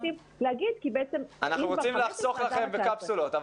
רוצים לחסוך לכם בקפסולות.